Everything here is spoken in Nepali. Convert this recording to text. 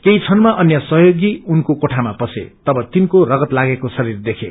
केही क्षणमा अन्य सहयोगी उनको कोठामा पसे तव तिनको रगत लागेको शरीर देखे